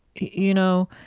you know,